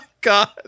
God